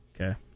Okay